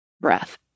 breath